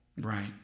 Right